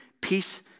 peace